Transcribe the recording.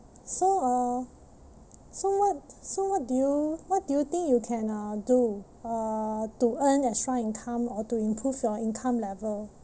so uh so what so what do you what do you think you can uh do uh to earn extra income or to improve your income level